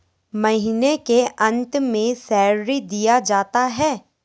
महीना के अंत में सैलरी दिया जाता है